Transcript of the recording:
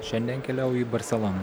šiandien keliauju į barseloną